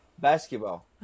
Basketball